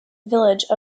village